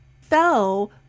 fell